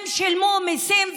הם שילמו מיסים,